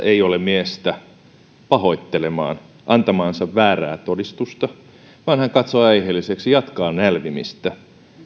ei ole miestä pahoittelemaan antamaansa väärää todistusta vaan hän katsoo aiheelliseksi jatkaa nälvimistä